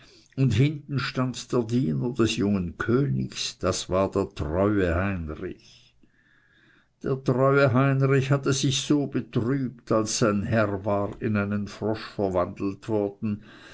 und hinten stand der diener des jungen königs das war der treue heinrich der treue heinrich hatte sich so betrübt als sein herr war in einen frosch verwandelt worden